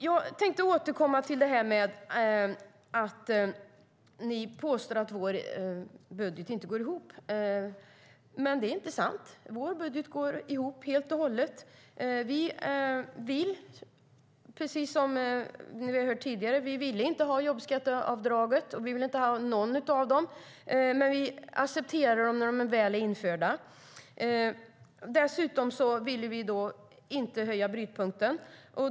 Jag tänkte återkomma till att ni påstår att vår budget inte går ihop. Men det är inte sant. Vår budget går ihop helt och hållet. Vi ville inte ha något av jobbskatteavdragen, precis som vi har hört tidigare, men vi har accepterat dem när de väl är införda. Dessutom ville vi inte höja brytpunkten.